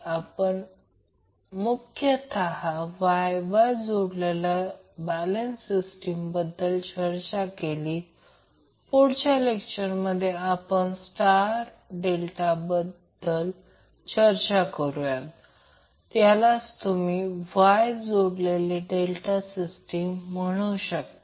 ज्यामध्ये आपण मुख्यतः Y Y जोडलेल्या बॅलेन्स सिस्टीमबद्दल चर्चा केली तर पुढच्या लेक्चरमध्ये आपण स्टार डेल्टाबद्दल चर्चा करुया त्यालाच तुम्ही Y जोडलेली डेल्टा सिस्टीम म्हणू शकता